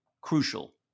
crucial